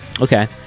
Okay